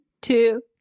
two